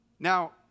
Now